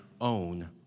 own